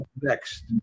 next